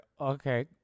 okay